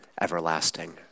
everlasting